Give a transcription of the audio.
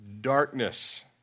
Darkness